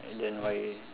and then why